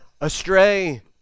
astray